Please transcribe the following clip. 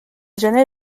gener